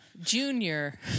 Junior